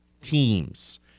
teams